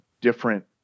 different